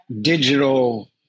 digital